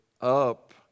up